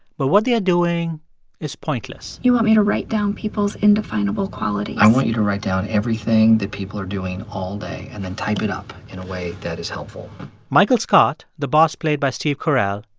but what they are doing is pointless you want me to write down people's indefinable qualities? i want you to write down everything that people are doing all day, and then type it up in a way that is helpful michael scott, the boss played by steve carell,